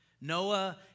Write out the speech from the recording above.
Noah